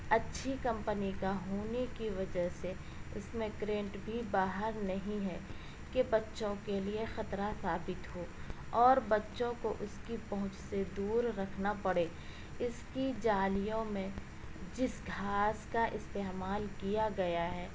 اچھی کمپنی کا ہونے کی وجہ سے اس میں کرنٹ بھی باہر نہیں ہے کہ بچوں کے لیے خطرہ ثابت ہو اور بچوں کو اس کی پہنچ سے دور رکھنا پڑے اس کی جالیوں میں جس گھاس کا استعمال کیا گیا ہے